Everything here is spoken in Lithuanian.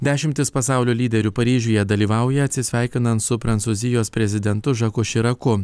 dešimtys pasaulio lyderių paryžiuje dalyvauja atsisveikinant su prancūzijos prezidentu žaku širaku